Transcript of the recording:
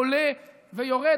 עולה ויורד,